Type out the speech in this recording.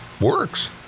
works